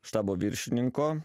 štabo viršininko